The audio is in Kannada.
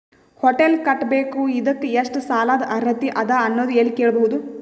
ಹೊಟೆಲ್ ಕಟ್ಟಬೇಕು ಇದಕ್ಕ ಎಷ್ಟ ಸಾಲಾದ ಅರ್ಹತಿ ಅದ ಅನ್ನೋದು ಎಲ್ಲಿ ಕೇಳಬಹುದು?